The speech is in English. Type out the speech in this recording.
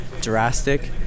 drastic